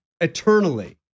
eternally